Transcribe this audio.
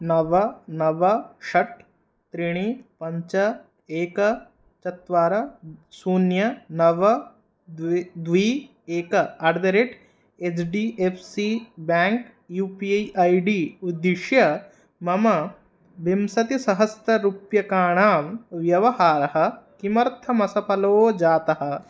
नव नव षट् त्रीणि पञ्च एकं चत्वारि शून्यं नव द्वे द्वे एकम् at the rate H D F C bank U P I I D उद्दिश्य मम विंशतिसहस्ररूप्यकाणां व्यवहारः किमर्थमसफलो जातः